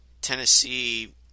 Tennessee